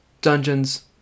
dungeons